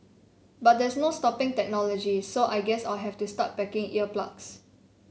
but there's no stopping technology so I guess I'll have to start packing ear plugs